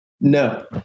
No